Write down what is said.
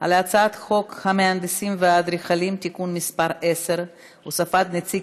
על הצעת חוק המהנדסים והאדריכלים (תיקון מס' 10) (הוספת נציג